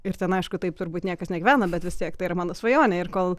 ir ten aišku taip turbūt niekas negyvena bet vis tiek tai yra mano svajonė ir kol